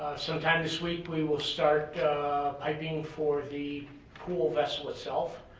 sometimes this week we will start piping for the pool vessel itself,